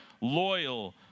loyal